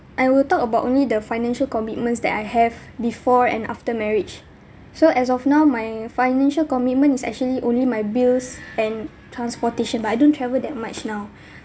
I will talk about only the financial commitments that I have before and after marriage so as of now my financial commitment is actually only my bills and transportation but I don't travel that much now